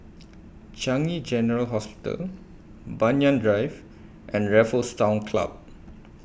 Changi General Hospital Banyan Drive and Raffles Town Club